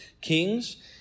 kings